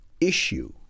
issue